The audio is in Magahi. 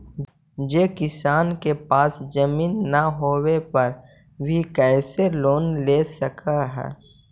जे किसान के पास जमीन न होवे पर भी कैसे लोन ले सक हइ?